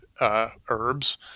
Herbs